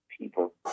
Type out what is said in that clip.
people